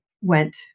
went